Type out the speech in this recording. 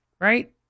right